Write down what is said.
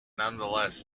nonetheless